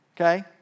okay